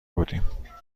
بودیم